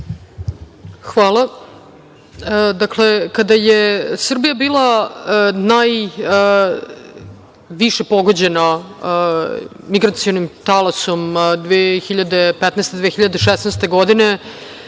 Hvala. Dakle, kada je Srbija bila najviše pogođena migracionim talasom 2015, 2016. godine,